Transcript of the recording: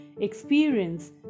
experience